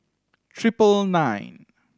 triple nine